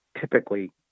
typically